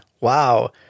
wow